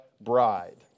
bride